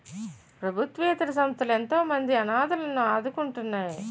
ప్రభుత్వేతర సంస్థలు ఎంతోమంది అనాధలను ఆదుకుంటున్నాయి